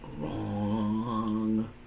Wrong